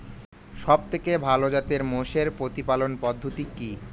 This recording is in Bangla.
সবথেকে ভালো জাতের মোষের প্রতিপালন পদ্ধতি কি?